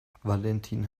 valentin